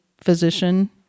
physician